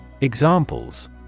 Examples